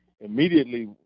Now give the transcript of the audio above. immediately